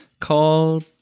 called